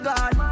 God